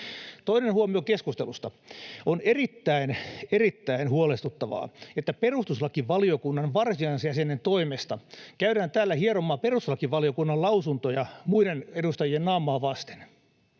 Toinen huomio keskustelusta: On erittäin, erittäin huolestuttavaa, että perustuslakivaliokunnan varsinaisen jäsenen toimesta käydään täällä hieromaan perustuslakivaliokunnan lausuntoja muiden edustajien naamaa vasten.